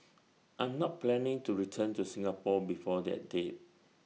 I'm not planning to return to Singapore before that date